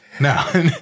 No